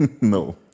No